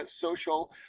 social